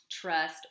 Trust